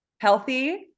Healthy